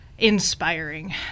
inspiring